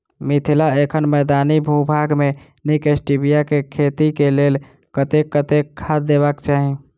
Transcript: मिथिला एखन मैदानी भूभाग मे नीक स्टीबिया केँ खेती केँ लेल कतेक कतेक खाद देबाक चाहि?